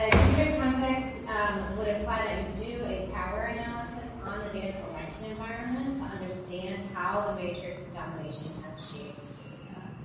ah considering context would imply that you do a power analysis on the data collection environment to understand how the matrix of domination has shaped the data.